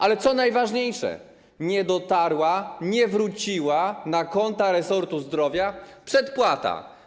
Ale co najważniejsze: nie dotarła, nie wróciła na konta resortu zdrowia przedpłata.